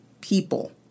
people